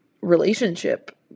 relationship